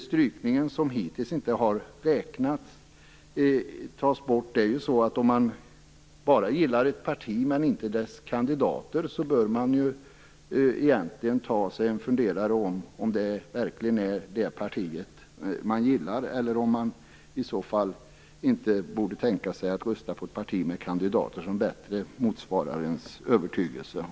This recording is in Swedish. Strykningen, som hittills inte har räknats, tas bort. Om man bara gillar ett parti, men inte dess kandidater, bör man egentligen ta sig en funderare på om det verkligen är det partiet man gillar. Om man bara vill använda sig av strykningsmöjligheten borde man kanske i stället tänka sig att rösta på ett parti med kandidater som bättre motsvarar ens övertygelse.